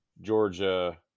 Georgia